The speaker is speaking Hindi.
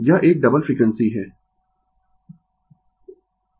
यह एक डबल फ्रीक्वेंसी है